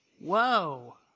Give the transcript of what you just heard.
Whoa